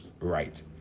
right